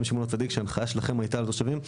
משמעון הצדיק שההנחיה שלכם הייתה לתושבים,